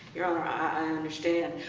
your honor, i understand.